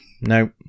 no